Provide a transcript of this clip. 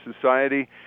society